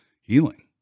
healing